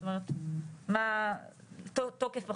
תוקף החוק,